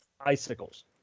icicles